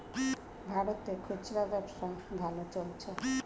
ভারতে খুচরা ব্যবসা ভালো চলছে